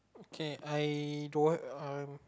okay I don't want um